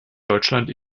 deutschland